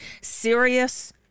serious